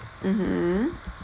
mmhmm